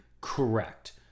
Correct